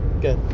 Good